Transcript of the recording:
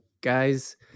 guys